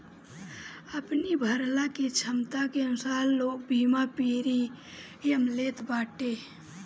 अपनी भरला के छमता के अनुसार लोग बीमा प्रीमियम लेत बाटे